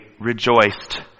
rejoiced